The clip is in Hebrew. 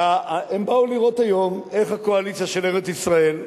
הם באו לראות היום איך הקואליציה של ארץ-ישראל,